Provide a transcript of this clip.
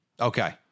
Okay